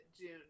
June